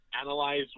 analyze